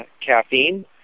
caffeine